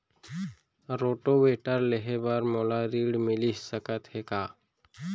Rotavator लेहे बर मोला ऋण मिलिस सकत हे का?